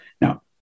Now